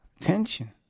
attention